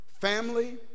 Family